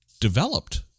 developed